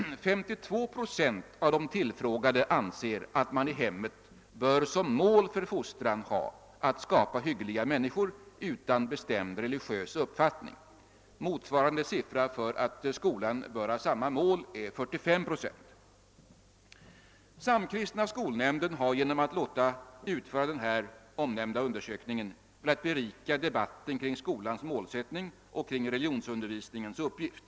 52 procent av de tillfrågade anser att man i hemmet bör ha som mål för fostran att skapa hyggliga människor utan bestämd religiös uppfattning. De som anser att skolan bör ha samma mål är 45 procent. Samkristna skolnämnden har genom att låta utföra den här omnämnda undersökningen velat berika debatten kring skolans målsättning och kring religionsundervisningens uppgift.